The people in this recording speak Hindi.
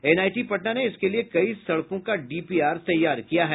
एनआईटी पटना ने इसके लिए कई सड़कों का डीपीआर तैयार किया है